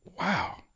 Wow